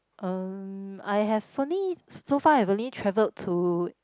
um I have only so far I've only travelled to